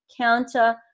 counter-